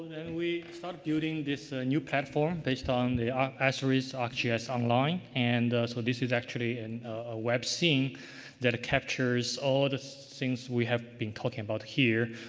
we start building this new platform based on the ah so arcgis online, and so this is actually and a web scene that captures all of the things we have been talking about here.